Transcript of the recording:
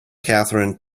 catherine